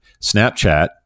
Snapchat